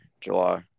July